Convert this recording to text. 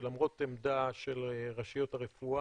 שלמרות עמדה של רשויות הרפואה,